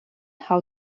how